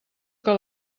que